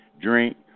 drink